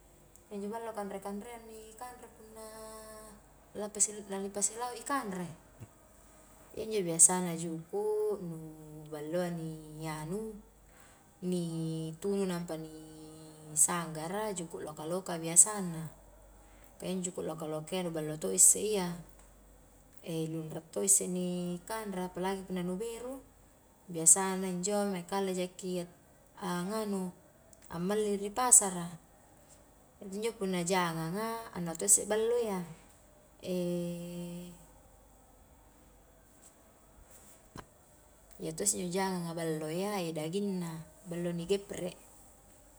Injo ballo kanre-kanreanga ni kanre punna la pasi-lani pasi lau i kanre, iya injo biasana juku, nu balloa ni anu, ni tunu nampa ni sanggara, juku loka-loka biasanna, ka injo juku loka-loka ya nu ballo to isse iya, lunra to isse ni kanre apalagi punna nu beru, biasanna injo mae kale jaki anganu. a malli ri pasara, injo punna jangang a anu to isse ballo iya, iya to isse inno jangang a ballo iya daging na ballo ni geprek.